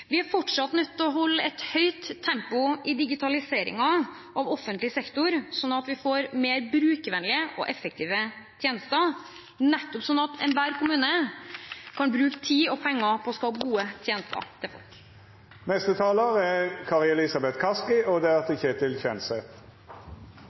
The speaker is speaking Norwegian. Vi er fortsatt nødt til å holde et høyt tempo i digitaliseringen av offentlig sektor, slik at vi får mer brukervennlige og effektive tjenester – nettopp slik at enhver kommune kan bruke tid og penger på å skape gode tjenester til folk. Gjennomgangstonen fra denne regjeringen og representantene fra Høyre og Fremskrittspartiet er